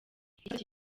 ikibazo